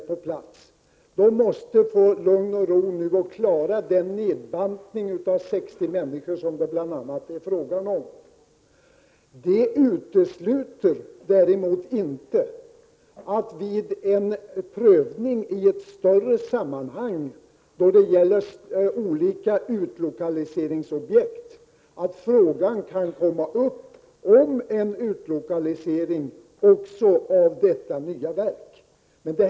Personalen måste alltså få lugn och ro så att man kan klara den nedbantning med 60 människor som det bl.a. är fråga om. Vid en prövning i ett större sammanhang av olika utlokaliseringsobjekt är det däremot inte uteslutet att frågan om en utlokalisering också av detta nya verk kan komma upp.